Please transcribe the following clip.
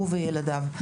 הוא וילדיו.